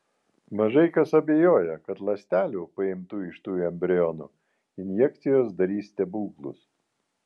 mažai kas abejoja kad ląstelių paimtų iš tų embrionų injekcijos darys stebuklus